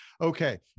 Okay